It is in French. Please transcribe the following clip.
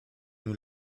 nous